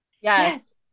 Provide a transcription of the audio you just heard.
Yes